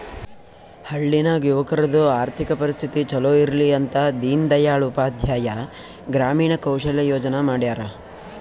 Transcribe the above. ಹಳ್ಳಿ ನಾಗ್ ಯುವಕರದು ಆರ್ಥಿಕ ಪರಿಸ್ಥಿತಿ ಛಲೋ ಇರ್ಲಿ ಅಂತ ದೀನ್ ದಯಾಳ್ ಉಪಾಧ್ಯಾಯ ಗ್ರಾಮೀಣ ಕೌಶಲ್ಯ ಯೋಜನಾ ಮಾಡ್ಯಾರ್